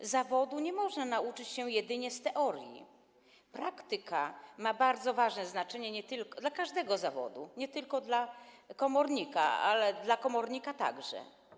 Zawodu nie można nauczyć się jedynie z teorii, praktyka ma bardzo duże znaczenie dla każdego zawodu, nie tylko dla komornika, ale dla komornika także.